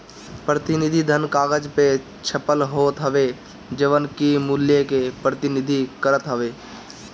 प्रतिनिधि धन कागज पअ छपल होत हवे जवन की मूल्य के प्रतिनिधित्व करत हवे